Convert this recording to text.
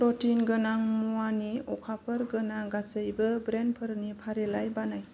protein गोनां मुवानि अफारफोर गोनां गासैबो ब्रेन्डफोरनि फारिलाइ बानाय